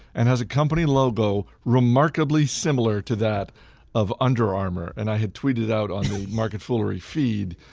and has a company logo remarkably similar to that of under armour. and i had tweeted out on the market foolery feed